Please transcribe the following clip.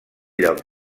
lloc